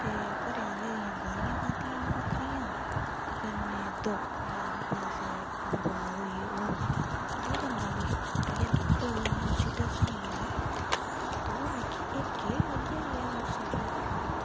ते घरे आह्लें दियां गालियां खाद्दियां ओह् बक्खरियां कन्नै दुक्ख होआ कि पैसे बरबाद हइये ओह् बक्खरा ओह् बंदा मिगी परतियै लब्भोग ते में उसी दस्सना मज़ा कि तू मिकी एह् केह् मढ़ियै गेआ अट्ठ सौ रपे दा